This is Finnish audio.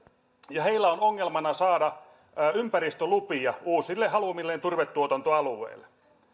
ja heillä on ongelmana saada ympäristölupia uusille haluamilleen turvetuotantoalueille